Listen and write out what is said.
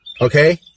Okay